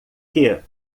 que